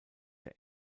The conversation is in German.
der